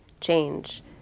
change